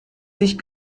sich